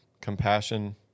compassion